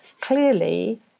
clearly